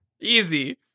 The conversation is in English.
Easy